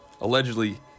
allegedly